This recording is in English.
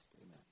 Amen